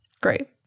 Great